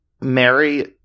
Mary